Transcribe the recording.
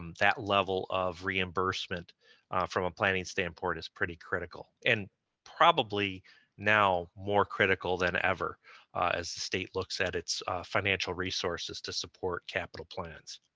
um that level of reimbursement from a planning standpoint is pretty critical, and probably now more critical than ever as the state looks at its financial resources to support capital plans.